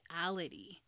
reality